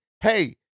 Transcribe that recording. hey